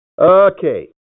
Okay